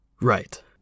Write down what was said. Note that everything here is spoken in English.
Right